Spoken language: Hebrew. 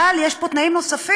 אבל יש פה תנאים נוספים,